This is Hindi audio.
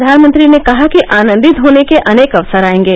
प्रधानमंत्री ने कहा कि आनदित होने के अनेक अवसर आएंगे